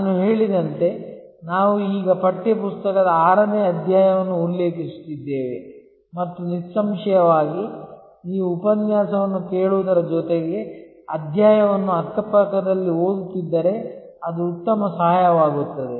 ನಾನು ಹೇಳಿದಂತೆ ನಾವು ಈಗ ಪಠ್ಯ ಪುಸ್ತಕದ 6 ನೇ ಅಧ್ಯಾಯವನ್ನು ಉಲ್ಲೇಖಿಸುತ್ತಿದ್ದೇವೆ ಮತ್ತು ನಿಸ್ಸಂಶಯವಾಗಿ ನೀವು ಉಪನ್ಯಾಸವನ್ನು ಕೇಳುವುದರ ಜೊತೆಗೆ ಅಧ್ಯಾಯವನ್ನು ಅಕ್ಕಪಕ್ಕದಲ್ಲಿ ಓದುತ್ತಿದ್ದರೆ ಅದು ಉತ್ತಮ ಸಹಾಯವಾಗುತ್ತದೆ